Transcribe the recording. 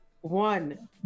one